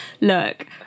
look